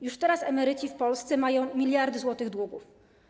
Już teraz emeryci w Polsce mają miliardy złotych długów.